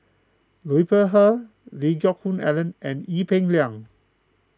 Liu Peihe Lee Geck Hoon Ellen and Ee Peng Liang